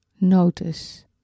notice